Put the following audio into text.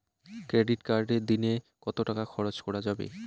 Credit কার্ডে দিনে কত টাকা খরচ করা যাবে?